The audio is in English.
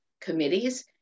committees